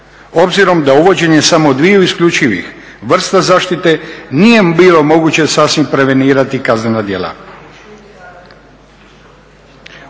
obzirom da uvođenjem samo dviju isključivih vrsta zaštite nije bilo moguće sasvim prevenirati kaznena djela.